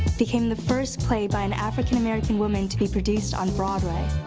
became the first play by an african american woman to be produced on broadway.